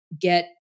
get